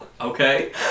Okay